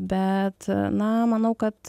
bet na manau kad